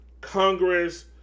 Congress